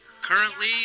Currently